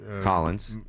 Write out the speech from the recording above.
Collins